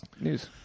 News